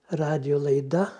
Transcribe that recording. radijo laida